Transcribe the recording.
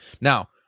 Now